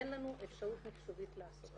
אין לנו אפשרות מחשובית לעשת את זה.